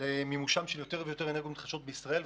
למימושן של יותר ויותר אנרגיות מתחדשות בישראל,